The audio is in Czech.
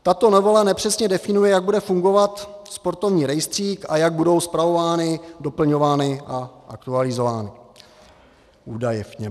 Tato novela nepřesně definuje, jak bude fungovat sportovní rejstřík a jak budou spravovány, doplňovány a aktualizovány údaje v něm.